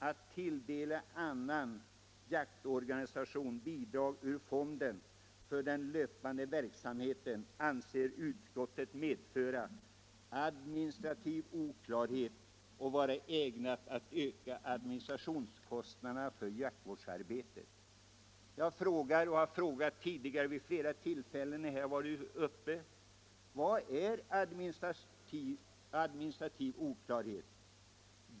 Att tilldela annan jaktorganisation än Svenska jägareförbundet bidrag ur fonden för den löpande verksamheten anser utskottet emellertid medföra administrativ oklarhet och vara ägnat att öka administrationskostnaderna för jaktvårdsarbetet. Jag frågar och har frågat tidigare vid flera tillfällen när detta varit uppe: Vad är administrativ oklarhet?